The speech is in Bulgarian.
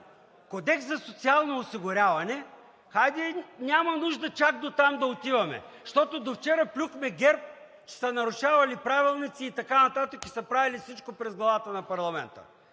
Кодекс за социално осигуряване – хайде няма нужда чак дотам да отиваме! Защото до вчера плюхме ГЕРБ, че са нарушавали Правилника и така нататък, и са правили всичко през главата на парламента!